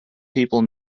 people